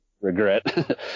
regret